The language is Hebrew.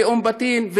ולאום בטין,